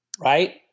right